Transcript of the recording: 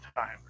time